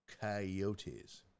coyotes